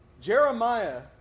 Jeremiah